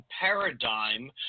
paradigm –